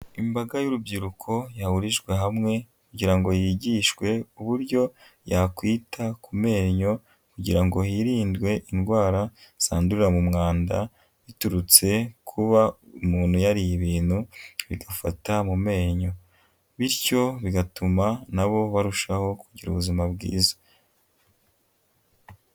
Imbaga y'urubyiruko yahurijwe hamwe kugira ngo yigishwe uburyo yakwita ku menyo kugira ngo hirindwe indwara zandurira mu mwanda biturutse kuba umuntu yariye ibintu bidufata mu menyo, bityo bigatuma na bo barushaho kugira ubuzima bwiza.